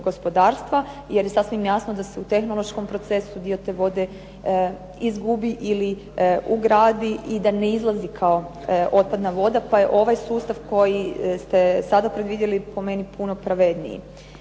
gospodarstva, jer je sasvim jasno da se u tehnološkom procesu dio te vode izgubi ili ugradi i da ne izlazi kao otpadna voda. Pa je ovaj sustav koji ste sada predvidjeli po meni puno pravedniji.